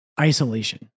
isolation